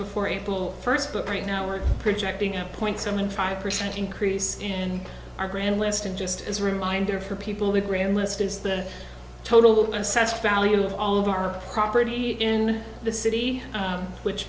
before april first but right now we're projecting a point seven five percent increase in our brand list and just as a reminder for people with room list is the total assessed value of all of our property in the city which